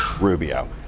rubio